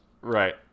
Right